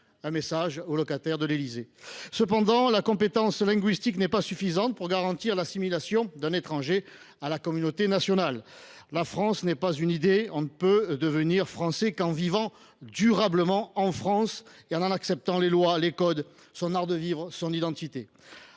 française existe bel et bien ! Cependant, la compétence linguistique n’est pas suffisante pour garantir l’assimilation d’un étranger à la communauté nationale. La France n’est pas une idée, on ne peut devenir Français qu’en vivant durablement en France et en acceptant ses lois, ses codes, son art de vivre et son identité.